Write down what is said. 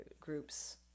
groups